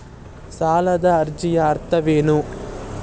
ಸಾಲದ ಅರ್ಜಿಯ ಅರ್ಥವೇನು?